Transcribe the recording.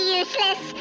useless